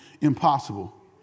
impossible